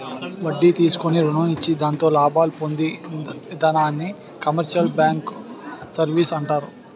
వడ్డీ తీసుకుని రుణం ఇచ్చి దాంతో లాభాలు పొందు ఇధానాన్ని కమర్షియల్ బ్యాంకు సర్వీసు అంటారు